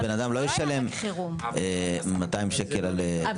בן אדם לא ישלם מאתיים שקל על נסיעה --- אבל